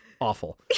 awful